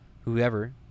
whoever